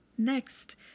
Next